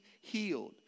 healed